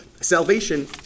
Salvation